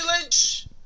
Lynch